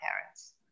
parents